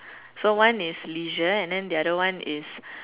so one is Leisure and then the other one is